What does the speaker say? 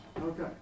Okay